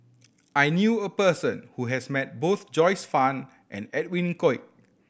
I knew a person who has met both Joyce Fan and Edwin Koek